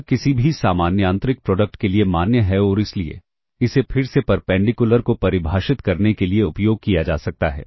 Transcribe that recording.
यह किसी भी सामान्य आंतरिक प्रोडक्ट के लिए मान्य है और इसलिए इसे फिर से परपेंडिकुलर को परिभाषित करने के लिए उपयोग किया जा सकता है